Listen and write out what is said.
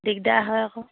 দিগদাৰ হয় আকৌ